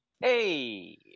Hey